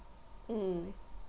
mm